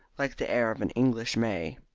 like the air of an english may.